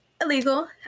illegal